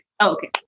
Okay